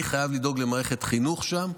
אני חייב לדאוג למערכת חינוך שם,